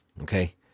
okay